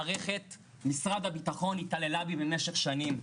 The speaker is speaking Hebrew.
מערכת משרד הביטחון התעללה בי במשך שנים,